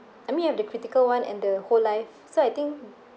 I mean you have the critical one and the whole life so I think